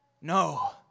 No